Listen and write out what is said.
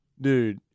Dude